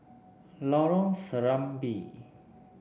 Lorong Serambi